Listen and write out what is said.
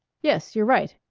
yes, you're right.